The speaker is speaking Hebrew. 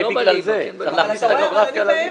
אולי בגלל זה צריך להכניס את הגאוגרפיה ל"ליבה".